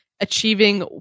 achieving